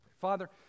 Father